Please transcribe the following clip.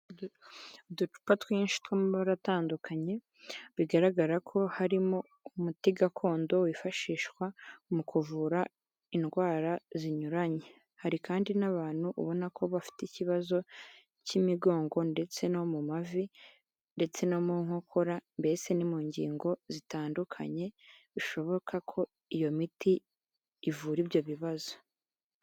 UUducupa twinshi tw'amabara atandukanye bigaragara ko harimo umuti gakondo wifashishwa mu kuvura indwara zinyuranye. Hari kandi n'abantu ubona ko bafite ikibazo cy'imigongo ndetse no mu mavi, ndetse no mu nkokora mbese no mu ngingo zitandukanye, bishoboka ko iyo miti ivura ibyo bibazo.